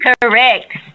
Correct